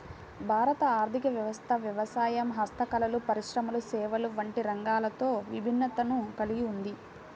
భారత ఆర్ధిక వ్యవస్థ వ్యవసాయం, హస్తకళలు, పరిశ్రమలు, సేవలు వంటి రంగాలతో విభిన్నతను కల్గి ఉంది